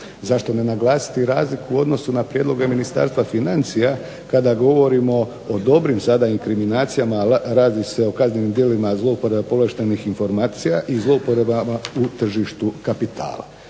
Zašto ne naglasiti i razliku u odnosu na prijedloge Ministarstva financija kada govorimo o dobrim sada inkriminacijama, a radi se o kaznenim djelima zlouporabe povlaštenih informacija i zlouporabama u tržištu kapitala.